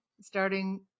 starting